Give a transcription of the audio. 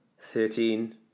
Thirteen